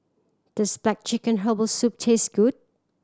does black chicken herbal soup taste good